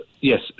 yes